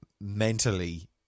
Mentally